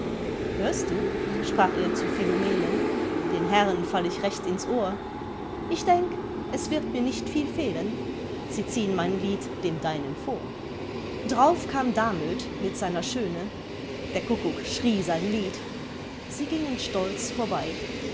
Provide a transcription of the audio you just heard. hörst du sprach er zu philomelen den herren fall ich recht ins ohr ich denk es wird mir nicht viel fehlen sie ziehn mein lied dem deinen vor drauf kam damöt mit seiner schöne der kuckuck schrie sein lied sie gingen stolz vorbei